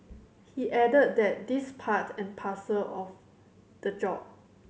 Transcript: he added that these part and parcel of the job